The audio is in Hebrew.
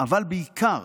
אבל בעיקר